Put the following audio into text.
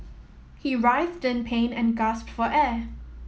he writhed in pain and gasped for air